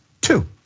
two